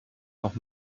noch